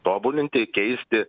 tobulinti keisti